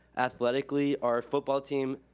athletically, our football team,